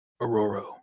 Aurora